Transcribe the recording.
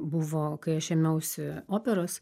buvo kai aš ėmiausi operos